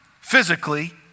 physically